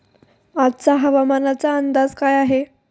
आजचा हवामानाचा अंदाज काय आहे?